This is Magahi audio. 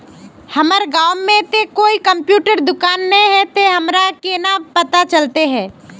हमर गाँव में ते कोई कंप्यूटर दुकान ने है ते हमरा केना पता चलते है?